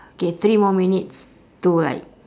okay three more minutes to like